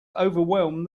overwhelmed